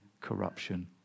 corruption